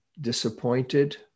disappointed